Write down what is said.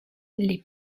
les